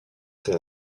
prêt